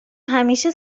همیشه